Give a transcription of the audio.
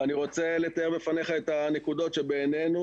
ואני רוצה לתאר בפניך את הנקודות בעינינו